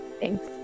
Thanks